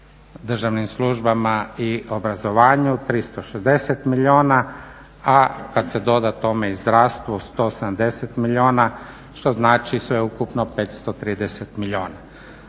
državnim službama i obrazovanju 360 milijuna, a kad se doda tome i zdravstvo 170 milijuna što znači sveukupno 530 milijuna.